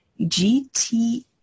GT